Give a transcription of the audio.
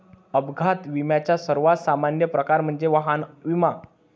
अपघात विम्याचा सर्वात सामान्य प्रकार म्हणजे वाहन विमा